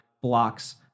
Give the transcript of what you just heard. blocks